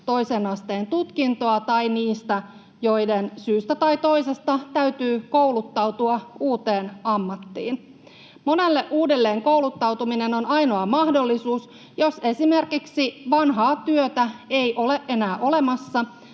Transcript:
toisen asteen tutkintoa, tai niistä, joiden syystä tai toisesta täytyy kouluttautua uuteen ammattiin. Monelle uudelleenkouluttautuminen on ainoa mahdollisuus, jos esimerkiksi vanhaa työtä ei ole enää olemassa